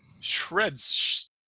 Shreds